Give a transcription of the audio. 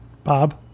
Bob